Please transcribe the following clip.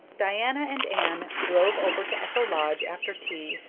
diana and anne drove over to echo lodge after tea,